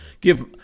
give